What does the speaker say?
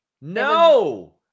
No